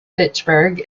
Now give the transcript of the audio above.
fitchburg